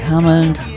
Hammond